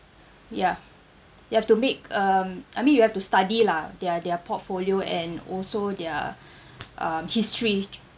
ya you have to make um I mean you have to study lah their their portfolio and also their um history